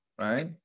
Right